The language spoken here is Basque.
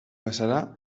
bazara